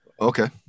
Okay